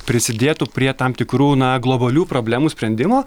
prisidėtų prie tam tikrų na globalių problemų sprendimo